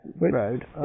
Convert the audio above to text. road